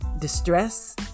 distress